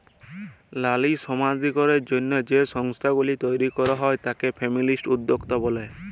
লারী সমালাধিকারের জ্যনহে যে সংস্থাগুলি তৈরি ক্যরা হ্যয় তাতে ফেমিলিস্ট উদ্যক্তা ব্যলে